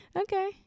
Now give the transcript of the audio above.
Okay